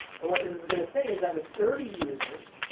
but what this is going to say is that with thirty users,